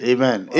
Amen